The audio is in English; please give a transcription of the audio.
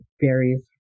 varies